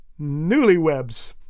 Newlywebs